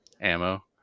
ammo